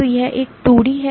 तो यह एक 2D है